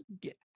get